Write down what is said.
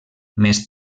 més